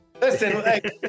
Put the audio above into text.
Listen